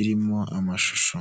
irimo amashusho.